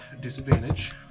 disadvantage